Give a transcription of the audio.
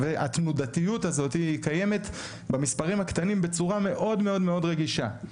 והתנודתיות הזאת קיימת במספרים הקטנים בצורה מאוד מאוד רגישה,